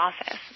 office